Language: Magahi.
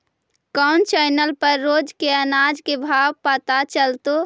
कोन चैनल पर रोज के अनाज के भाव पता चलतै?